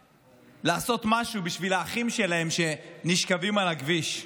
לעשות משהו בשביל האחים שלהם שנשכבים על הכביש.